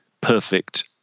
perfect